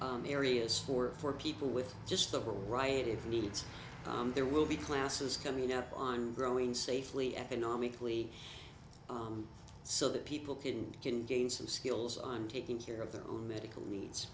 areas for for people with just the variety of needs there will be classes coming out on growing safely economically so that people can can gain some skills on taking care of their own medical needs